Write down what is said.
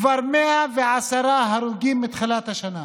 כבר 110 הרוגים מתחילת השנה.